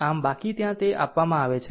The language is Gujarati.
આમ બાકી ત્યાં તે આપવામાં આવે છે